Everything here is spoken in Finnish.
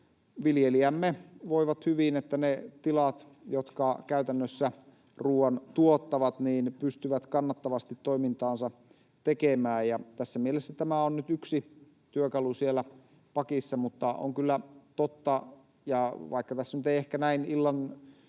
viljelijämme voivat hyvin, että ne tilat, jotka käytännössä ruuan tuottavat, pystyvät kannattavasti toimintaansa tekemään. Tässä mielessä tämä on nyt yksi työkalu siellä pakissa. Mutta on kyllä totta — vaikka tässä nyt ei ehkä näin illan